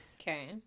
Okay